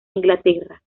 inglaterra